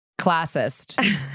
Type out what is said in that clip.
classist